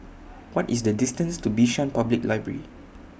What IS The distance to Bishan Public Library